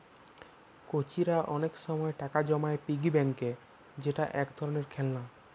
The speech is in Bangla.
কচিরা অনেক সময় টাকা জমায় পিগি ব্যাংকে যেটা এক ধরণের খেলনা